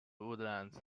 woodlands